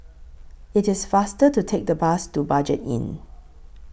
IT IS faster to Take The Bus to Budget Inn